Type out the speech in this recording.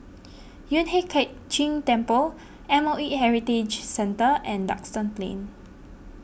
Yueh Hai Ching Temple M O E Heritage Centre and Duxton Plain